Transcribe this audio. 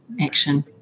action